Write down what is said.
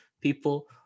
people